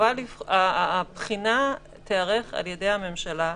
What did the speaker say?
הבחינה תיערך על ידי הממשלה,